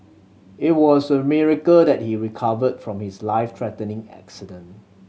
it was a miracle that he recovered from his life threatening accident